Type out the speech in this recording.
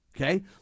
Okay